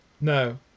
No